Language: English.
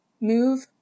move